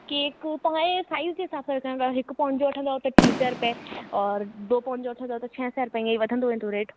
cake तव्हांजे size जे हिसाब सां तां चवंदव हिकु पोंड जो वठंदव त टी सै रुपए और दो पोंड जो वठंदो त छह सै रुपए इह वधंदो वेंदो रेट